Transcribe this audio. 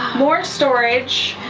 more storage,